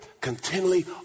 continually